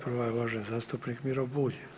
Prva je uvaženi zastupnik Miro Bulj.